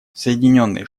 соединенные